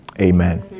Amen